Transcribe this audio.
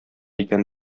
икән